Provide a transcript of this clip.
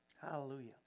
Hallelujah